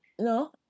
No